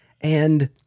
And-